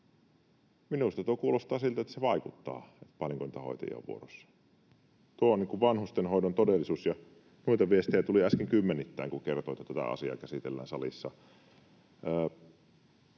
Minusta tuo kuulostaa siltä, että se vaikuttaa, paljonko niitä hoitajia on vuorossa. Tuo on vanhustenhoidon todellisuus, ja noita viestejä tuli äsken kymmenittäin, kun kerroin, että tätä asiaa käsitellään salissa.